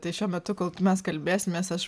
tai šiuo metu kol mes kalbėsimės aš